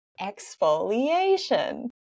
exfoliation